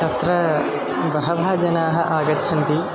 तत्र बहवः जनाः आगच्छन्ति